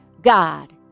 God